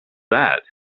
that